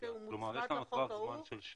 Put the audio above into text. הוא מוצמד לחוק ההוא,